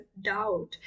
doubt